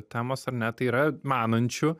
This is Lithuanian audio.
temos ar ne tai yra manančių